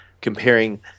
comparing